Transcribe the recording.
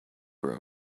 were